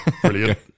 brilliant